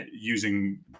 using